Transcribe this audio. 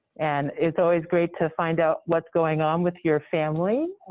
and it's always great to find out what's going on with your family,